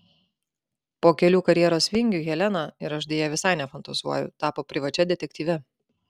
po kelių karjeros vingių helena ir aš deja visai nefantazuoju tapo privačia detektyve